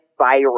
viral